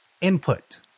input